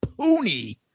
Pony